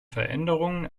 veränderungen